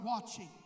watching